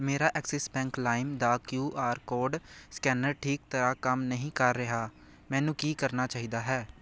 ਮੇਰਾ Axis Bank ਲਾਇਮ ਦਾ ਕਿਉ ਆਰ ਕੋਡ ਸਕੈਨਰ ਠੀਕ ਤਰ੍ਹਾਂ ਕੰਮ ਨਹੀਂ ਕਰ ਰਿਹਾ ਮੈਨੂੰ ਕੀ ਕਰਨਾ ਚਾਹੀਦਾ ਹੈ